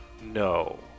No